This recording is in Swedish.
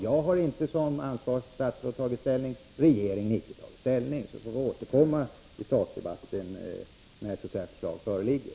Jag har som ansvarigt statsråd inte tagit ställning, och regeringen har icke tagit ställning. Vi får återkomma till sakdebatten när förslag föreligger.